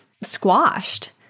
squashed